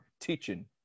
teaching